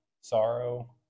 sorrow